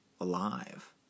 alive